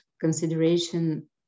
consideration